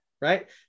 Right